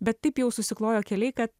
bet taip jau susiklojo keliai kad